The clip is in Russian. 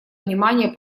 внимание